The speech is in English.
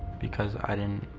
because i didn't.